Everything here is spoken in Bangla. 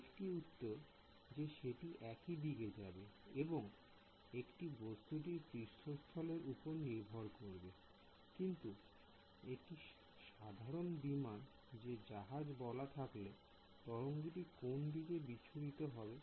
একটি উত্তর যে সেটি একই দিকে যাবে এবং এটি বস্তুটির পৃষ্ঠতলের উপর নির্ভর করবে কিন্তু একটি সাধারণ বিমান বা জাহাজ বলা থাকলে তরঙ্গটি কোন দিকে বিচ্ছুরিত হবে